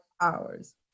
hours